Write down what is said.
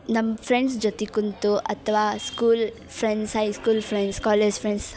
ನಮ್ಮ ಫ್ರೆಂಡ್ಸ್ ಜೊತೆ ಕೂತು ಅಥವಾ school friends high school friends college friends